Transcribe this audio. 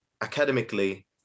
academically